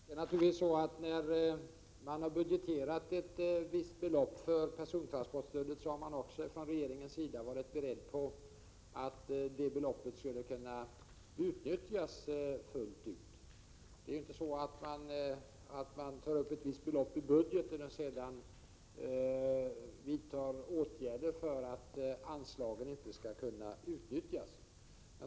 Herr talman! När man budgeterat ett visst belopp för persontransportstödet har man naturligtvis från regeringens sida också varit beredd på att det beloppet skulle kunna utnyttjas fullt ut. Det är inte så att man tar upp ett visst belopp i budget och sedan vidtar åtgärder för att anslaget inte skall kunna utnyttjas.